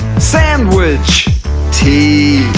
sandwich t,